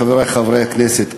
חברי חברי הכנסת,